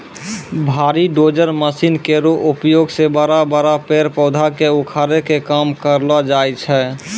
भारी dozer machine केरो उपयोग सें बड़ा बड़ा पेड़ पौधा क उखाड़े के काम करलो जाय छै